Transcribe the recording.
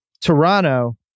Toronto